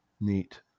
Neat